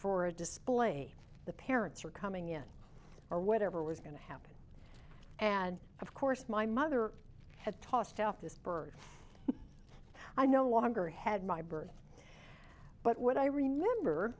for a display the parents are coming in or whatever was going to happen and of course my mother had tossed out this burg i know walker had my birth but what i remember